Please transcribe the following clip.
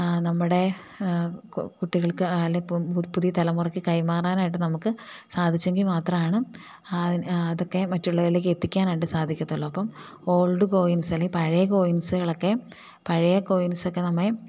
നമ്മുടെ കുട്ടികൾക്ക് അല്ലെ പുതിയ തലമുറയ്ക്ക് കൈമാറാനായിട്ട് നമ്മൾക്ക് സാധിച്ചെങ്കിൽ മാത്രമാണ് അതൊക്കെ മറ്റുള്ളവരിലേക്ക് എത്തിക്കാൻ വേണ്ടി സാധിക്കത്തുള്ളൂ അപ്പം ഓൾഡ് കോയിൻസ് അല്ലെങ്കിൽ പഴയ കോയിൻസുകളൊക്കെ പഴയ കോയിൻസൊക്കെ നമ്മൾ